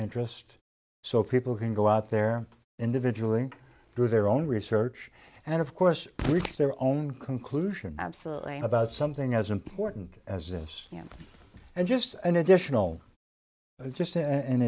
interest so people can go out there individual and do their own research and of course reach their own conclusion absolutely about something as important as this you know and just an additional just an